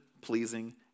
pleasing